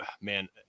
man